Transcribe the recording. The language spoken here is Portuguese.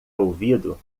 ouvido